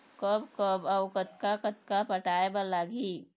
कब कब अऊ कतक कतक पटाए बर लगही